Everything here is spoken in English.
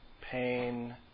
pain